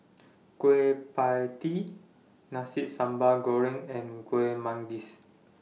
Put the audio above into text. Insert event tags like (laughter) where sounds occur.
(noise) Kueh PIE Tee Nasi Sambal Goreng and Kueh Manggis